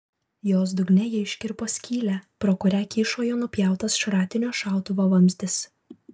jos dugne ji iškirpo skylę pro kurią kyšojo nupjautas šratinio šautuvo vamzdis